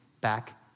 back